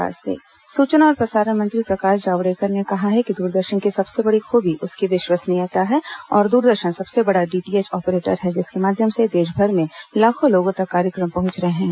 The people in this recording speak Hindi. जावड़ेकर दूरदर्शन सूचना और प्रसारण मंत्री प्रकाश जावड़ेकर ने कहा है कि दूरदर्शन की सबसे बड़ी खूबी उसकी विश्वसनीयता है और दूरदर्शन सबसे बड़ा डीटीएच ऑपरेटर है जिसके माध्यम से देशभर में लाखों लोगों तक कार्यक्रम पहुंच रहे हैं